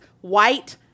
white